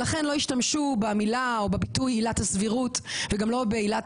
לא השתמשו במילה או בביטוי עילת הסבירות וגם לא בעילת